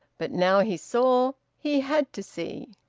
but now he saw. he had to see.